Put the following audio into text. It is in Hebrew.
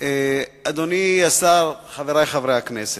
אדוני השר, חברי חברי הכנסת,